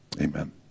Amen